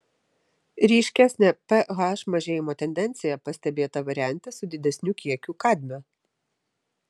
ryškesnė ph mažėjimo tendencija pastebėta variante su didesniu kiekiu kadmio